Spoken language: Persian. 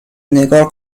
نگار